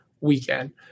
weekend